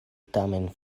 tamen